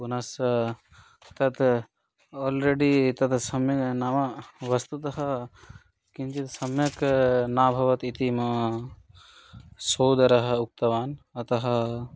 पुनः सः तत् आल्रेडि तद् सम्यक् नाम वस्तुतः किञ्चित् सम्यक् न अभवत् इति मम सोदरः उक्तवान् अतः